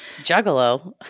Juggalo